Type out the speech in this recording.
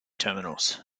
terminals